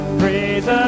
praise